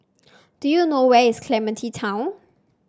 do you know where is Clementi Town